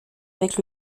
avec